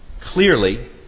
Clearly